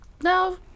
No